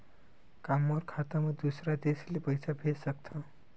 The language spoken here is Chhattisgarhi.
का मोर खाता म दूसरा देश ले पईसा भेज सकथव?